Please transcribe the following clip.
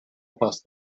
past